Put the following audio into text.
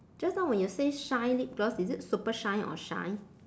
just now when you say shine lip gloss is it super shine or shine